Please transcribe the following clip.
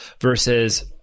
versus